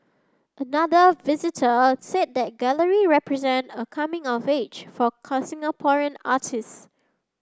another visitor said the gallery represent a coming of age for Singaporean artists